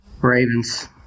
Ravens